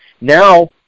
now